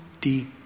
deep